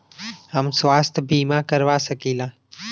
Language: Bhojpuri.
हम स्वास्थ्य बीमा करवा सकी ला?